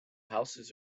houses